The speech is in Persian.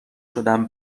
شدن